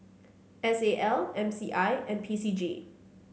S A L M C I and P C G